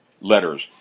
letters